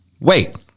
wait